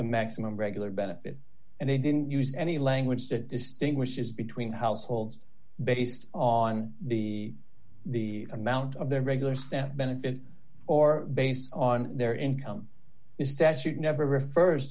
the maximum regular benefit and they didn't use any language that distinguishes between households based on the the amount of their regular staff benefit or based on their income is static never refers